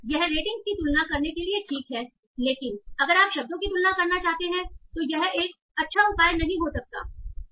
यह रेटिंग्स की तुलना करने के लिए ठीक है लेकिन अगर आप शब्दों की तुलना करना चाहते हैं तो यह एक अच्छा उपाय नहीं हो सकता है